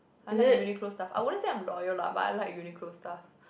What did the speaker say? I like Uniqlo stuff I wouldn't said I am loyal lah but I like Uniqlo stuff